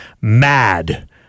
mad